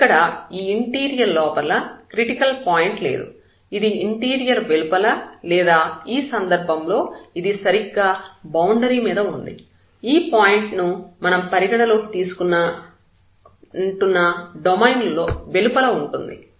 కాబట్టి ఇక్కడ ఈ ఇంటీరియర్ లోపల క్రిటికల్ పాయింట్ లేదు ఇది ఇంటీరియర్ వెలుపల లేదా ఈ సందర్భంలో లో ఇది సరిగ్గా బౌండరీ మీద ఉంది ఈ పాయింట్ మనం పరిగణలోకి తీసుకుంటున్న డొమైన్ వెలుపల ఉంటుంది